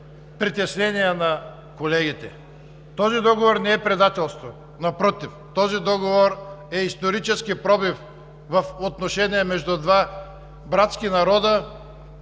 притеснения на колегите. Този договор не е предателство! Напротив, този договор е исторически пробив в отношенията между два братски народа,